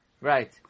Right